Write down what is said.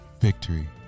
victory